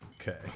Okay